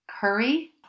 curry